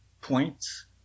points